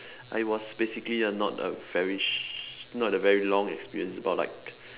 I was basically uh not a very sh~ not a very long experience about like